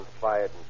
fired